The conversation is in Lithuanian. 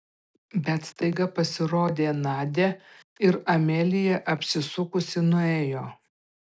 bet staiga pasirodė nadia ir amelija apsisukusi nuėjo